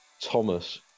Thomas